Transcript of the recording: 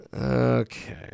Okay